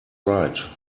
right